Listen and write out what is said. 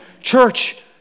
Church